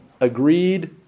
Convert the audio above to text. agreed